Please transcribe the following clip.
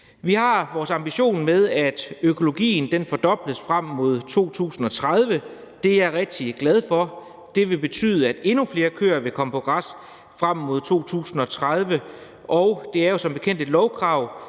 Vi har ambitionen om, at økologien fordobles frem mod 2030. Det er jeg rigtig glad for. Det vil betyde, at endnu flere køer vil komme på græs frem mod 2030, og det er jo som bekendt et lovkrav,